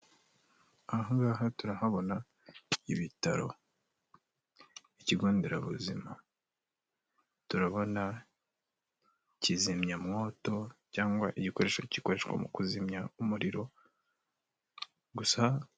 Ahangaha turahabona ibitaro, ikigo nderabuzima, turabona kizimyamwoto cyangwa igikoresho gikoreshwa mu kuzimya umuriro gusa.